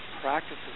practices